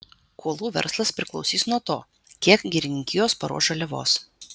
kuolų verslas priklausys nuo to kiek girininkijos paruoš žaliavos